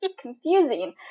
confusing